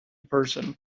person